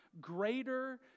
greater